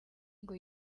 ngo